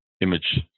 image